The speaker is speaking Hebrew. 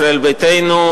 ישראל ביתנו,